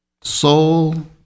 Soul